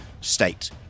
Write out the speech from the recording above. state